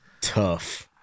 Tough